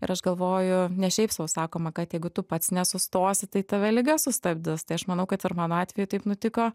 ir aš galvoju ne šiaip sau sakoma kad jeigu tu pats nesustosi tai tave liga sustabdys tai aš manau kad ir mano atveju taip nutiko